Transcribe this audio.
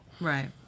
Right